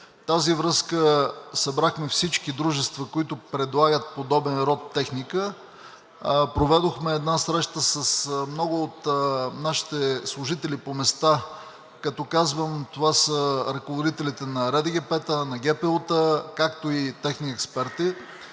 тази връзка събрахме всички дружества, които предлагат подобен род техника. Проведохме една среща с много от нашите служители по места. Като казвам, това са ръководителите на РДГП-та, на ГПУ-та, както и техни експерти,